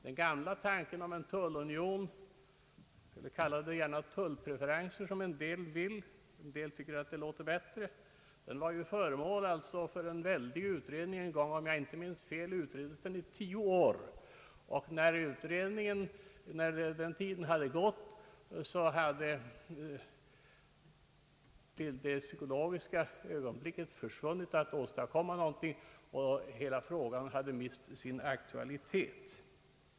Den gamla tanken på en tullunion — kalla det gärna tullpreferenser; en del tycker att det låter bättre — var föremål för en väldig utredning en gång. Om jag inte minns fel utreddes frågan i tio år, och när den tiden var till ända hade den psykologiska förutsättningen att åstadkomma någonting försvunnit, och hela frågan hade mist sin aktualitet.